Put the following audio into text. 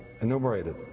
enumerated